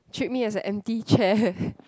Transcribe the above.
treat me as an empty chair